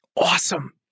Awesome